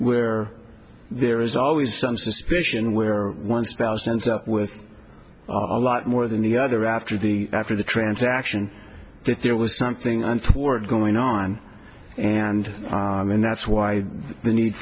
where there is always some suspicion where one spouse ends up with a lot more than the other after the after the transaction that there was something untoward going on and that's why the need